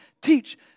teach